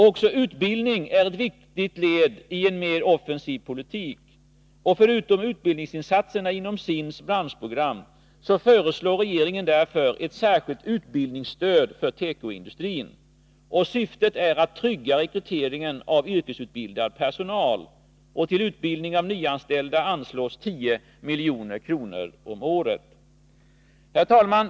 Även utbildning är ett viktigt led i en mer offensiv politik. Förutom utbildningsinsatserna inom SIND:s branschprogram föreslår därför regeringen ett särskilt utbildningsstöd för tekoindustrin. Syftet är att trygga rekryteringen av yrkesutbildad personal. Till utbildning av nyanställda anslås 10 milj.kr. om året. Herr talman!